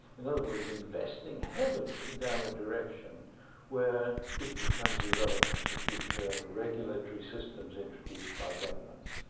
in other words, investing heavily down a direction where it becomes irrelevant to future regulatory systems introduced by governments.